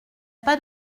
pas